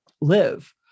live